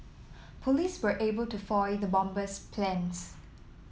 police were able to foil the bomber's plans